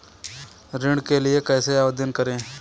ऋण के लिए कैसे आवेदन करें?